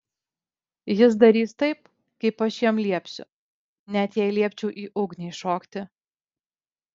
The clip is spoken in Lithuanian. jis darys taip kaip aš jam liepsiu net jei liepčiau į ugnį šokti